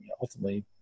ultimately